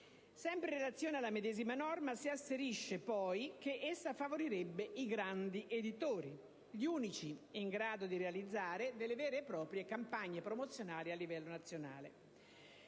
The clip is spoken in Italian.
Sempre in relazione alla medesima norma, si asserisce poi che essa favorirebbe i grandi editori, gli unici in grado di realizzare delle vere e proprie campagne promozionali a livello nazionale;